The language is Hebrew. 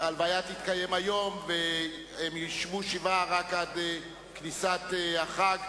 ההלוויה תתקיים היום והם ישבו שבעה רק עד כניסת החג,